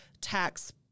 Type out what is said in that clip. tax